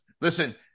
Listen